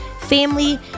family